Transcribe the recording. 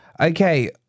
Okay